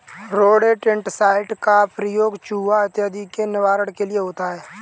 rodenticide का प्रयोग चुहा इत्यादि के निवारण के लिए होता है